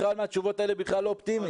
מהתשובות האלה אני בכלל לא אופטימי.